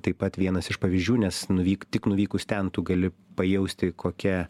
taip pat vienas iš pavyzdžių nes nuvyk tik nuvykus ten tu gali pajausti kokia